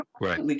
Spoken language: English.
right